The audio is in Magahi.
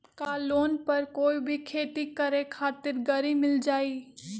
का लोन पर कोई भी खेती करें खातिर गरी मिल जाइ?